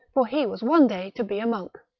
for he was one day to be a monk.